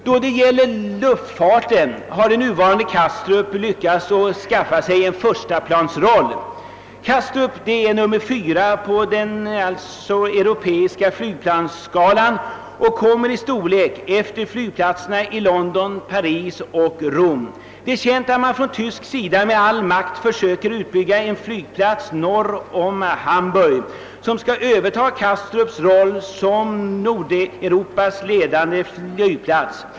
Då det gäller luftfarten har det nuvarande Kastrup lyckats skaffa sig en förstaplansroll. Kastrup är nummer fyra i storlek på den europeiska flygplatsskalan efter flygplatserna i London, Paris och Rom. Det är känt att man från tysk sida med all makt vill få till stånd en storflygplats norr om Hamburg. Denna skulle överta Kastrups roll som Nordeuropas ledande flygplats.